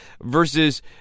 versus